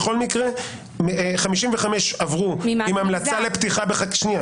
בכל מקרה 55 עברו עם המלצה לפתיחה בחקירה